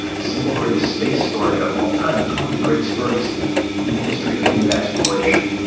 the single greatest space story of all time. it's one of the great stories in the history of human exploration.